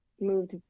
moved